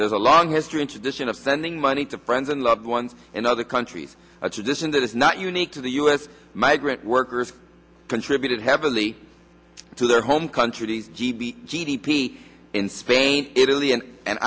there's a long history in tradition of sending money to friends and loved ones in other countries a tradition that is not unique to the u s migrant workers contributed heavily to their home countries g b g d p in spain italy and